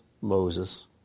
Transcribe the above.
Moses